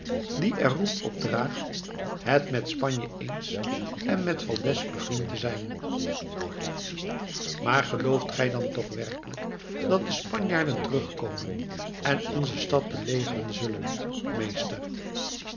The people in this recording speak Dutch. die er roem op draagt het met spanje eens en met valdez bevriend te zijn maar gelooft gij dan toch werkelijk dat de spanjaarden terugkomen en onze stad belegeren zullen meester